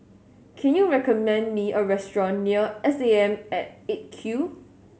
can you recommend me a restaurant near S A M at Eight Q